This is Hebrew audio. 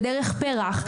ודרך פרויקט פר״ח,